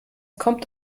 kommt